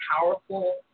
powerful